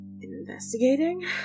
investigating